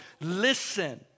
listen